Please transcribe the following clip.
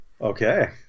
Okay